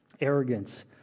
Arrogance